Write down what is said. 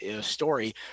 story